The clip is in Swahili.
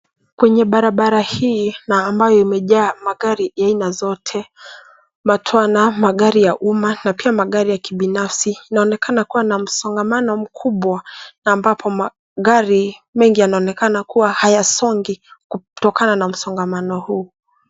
Kwenye barabara hii maandhari imejaa magari ya aina zote. Matwana, magari ya umma na pia magari ya kibinafsi. Inaonekana kuwa na msongamano mkubwa na ambapo magari mengi yanaonekana kuwa hayasongi kutokana na msongamano huu.